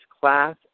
class